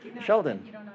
Sheldon